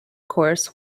course